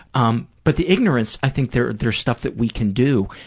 um but the ignorance, i think there's there's stuff that we can do,